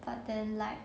but then like